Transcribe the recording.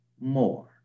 more